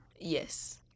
Yes